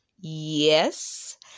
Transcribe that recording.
Yes